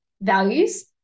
values